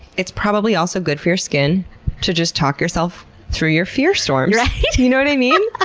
it's probably also good for your skin to just talk yourself through your fear storms. do you know what i mean? ah